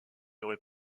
aurait